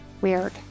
weird